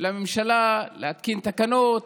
לממשלה להתקין תקנות,